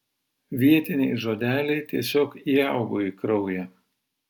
vietiniai žodeliai tiesiog įaugo į kraują